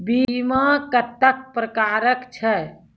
बीमा कत्तेक प्रकारक छै?